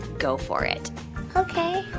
go for it ok.